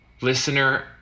Listener